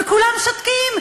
וכולם שותקים.